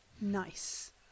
Nice